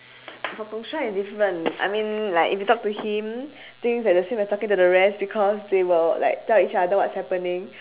for gong shuai is different I mean like if you talk to him things at the same you talking to the rest because they will like tell each other what's happening